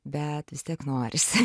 bet vis tiek norisi